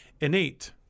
Innate